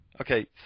okay